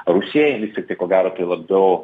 rusijai vis tiktai ko gero tai labiau